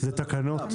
אלה תקנות.